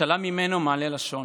אשאלה ממנו מענה לשון".